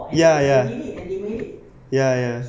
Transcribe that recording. ya ya ya ya